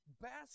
basket